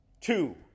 two